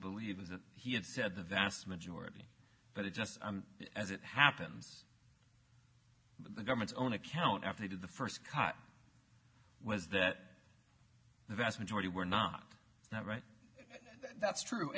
believe that he had said the vast majority but it just as it happens the government's own account after they did the first cut was that the vast majority were not all right that's true